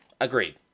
Agreed